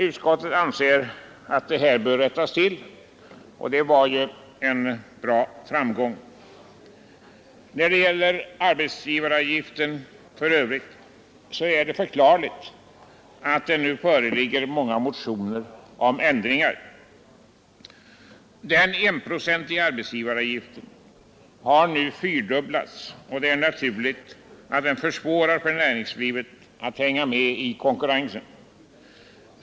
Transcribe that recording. Utskottet anser att detta bör rättas till, och det var ju en bra framgång. När det gäller arbetsgivaravgiften för övrigt är det förklarligt att det nu föreligger många motioner om ändringar. Den enprocentiga arbetsgivaravgiften har nu fyrdubblats, och det är naturligt att den försvårar för näringslivet att hänga med i konkurrensen.